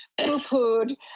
poo-pooed